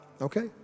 okay